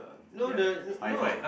um ya high five